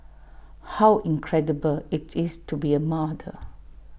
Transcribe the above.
how incredible IT is to be A mother